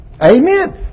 Amen